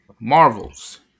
Marvel's